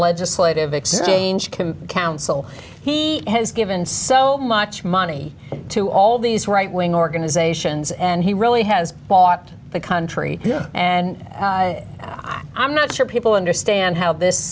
legislative exchange council he has given so much money to all these right wing organizations and he really has bought the country and i'm not sure people understand how this